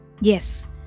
yes